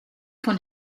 von